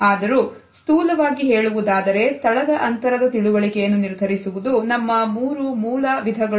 ಆದರೂ ಸ್ಥೂಲವಾಗಿ ಹೇಳುವುದಾದರೆ ಸ್ಥಳದ ಅಂತರದ ತಿಳುವಳಿಕೆಯನ್ನು ನಿರ್ಧರಿಸುವುದು ನಮ್ಮ ಮೂರು ಮೂಲ ವಿಧಗಳು